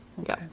Okay